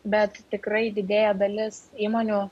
bet tikrai didėja dalis įmonių